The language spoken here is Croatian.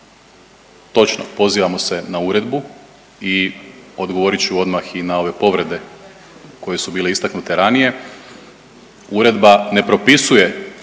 Točno, pozivamo se na uredbu i odgovorit ću odmah i na ove povrede koje su bile istaknute ranije. Uredba ne propisuje